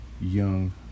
young